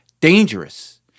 dangerous